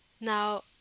Now